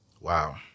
wow